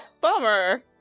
bummer